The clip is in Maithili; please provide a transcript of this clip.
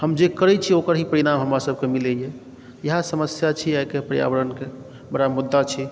हम जे करै छी ओकर ही परिणाम हमरासभकें मिलै यऽ इएह समस्या छी आइ काल्हि पर्यावरणकें बड़ा मुद्दा छै